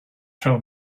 tell